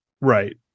right